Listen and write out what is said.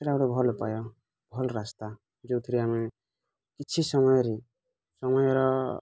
ସେଟା ଗୋଟେ ଭଲ ଉପାୟ ଭଲ ରାସ୍ତା ଯେଉଁଥିରେ ଆମେ କିଛି ସମୟରେ ସମୟର